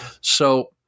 So-